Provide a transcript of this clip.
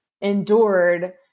endured